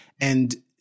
And-